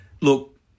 Look